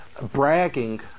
bragging